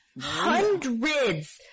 hundreds